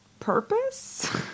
Purpose